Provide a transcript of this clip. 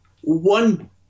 one